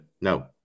No